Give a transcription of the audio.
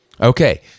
Okay